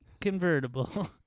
convertible